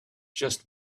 just